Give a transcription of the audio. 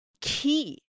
key